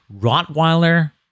Rottweiler